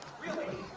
really